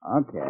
Okay